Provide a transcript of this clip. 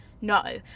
no